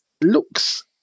looks